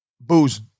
Booze